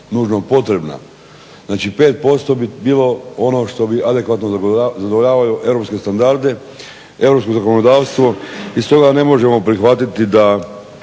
Znači, 5% bi bilo ono što bi adekvatno zadovoljavalo europske standarde, europsko zakonodavstvo i stoga ne možemo prihvatiti da